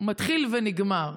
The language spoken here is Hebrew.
מתחיל ונגמר.